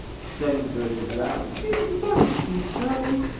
sang birdie brown, it mustn't be so.